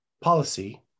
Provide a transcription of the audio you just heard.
policy